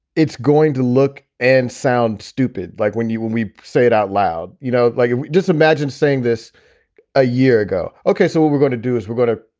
it's going to look and sound stupid, like when you when we say it out loud you know, like just imagine saying this a year ago. okay. so what we're gonna do is we're going to